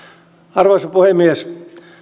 arvoisa puhemies